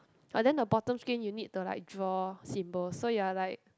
ah then the bottom screen you need to like draw symbols so you are like